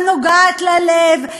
הנוגעת ללב,